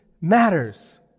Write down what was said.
matters